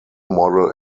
model